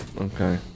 Okay